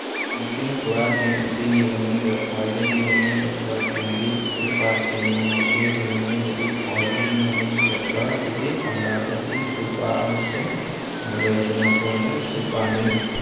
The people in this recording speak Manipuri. ꯅꯤꯡꯁꯤꯡ ꯐꯨꯔꯥꯁꯤꯡ ꯑꯁꯤꯒꯤ ꯃꯅꯨꯡꯗ ꯈ꯭ꯋꯥꯏꯗꯒꯤ ꯃꯃꯤꯡ ꯆꯠꯄꯁꯤꯡꯗꯤ ꯏꯁꯇꯨꯄꯥꯁꯤꯡꯅ ꯃꯈꯣꯏꯒꯤ ꯃꯅꯨꯡꯗꯒꯤ ꯈ꯭ꯋꯥꯏꯗꯒꯤ ꯃꯃꯤꯡ ꯆꯠꯄ ꯑꯗꯨꯗꯤ ꯑꯝꯔꯥꯕꯇꯤ ꯏꯁꯇꯨꯄꯥ ꯑꯃꯁꯨꯡ ꯅꯒꯔꯖꯨꯅꯥꯀꯣꯟꯗꯥ ꯏꯁꯇꯨꯄꯥꯅꯤ